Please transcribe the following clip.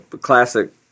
classic